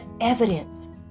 evidence